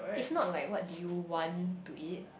is not like what do you want to eat